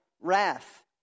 wrath